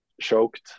choked